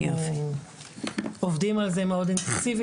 אנחנו עובדים על זה מאוד אינטנסיבי,